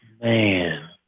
Man